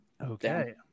okay